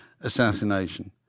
assassination